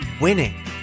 winning